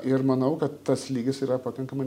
ir manau kad tas lygis yra pakankamai